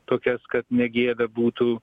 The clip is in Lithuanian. tokias kad ne gėda būtų